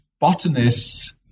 botanists